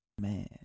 man